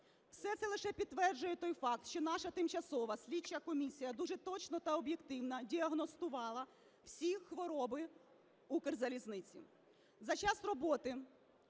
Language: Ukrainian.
Все це лише підтверджує той факт, що наша тимчасова слідча комісія дуже точно та об'єктивно діагностувала всі хвороби Укрзалізниці.